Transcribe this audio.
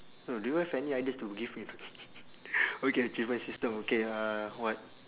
no do you have any ideas to give me not okay achievement system okay uh what